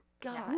God